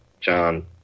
John